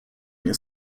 nie